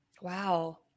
Wow